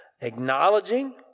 acknowledging